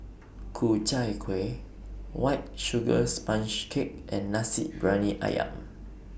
Ku Chai Kueh White Sugar Sponge Cake and Nasi Briyani Ayam